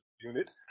Unit